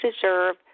deserve